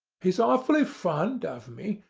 he's awful fond of me.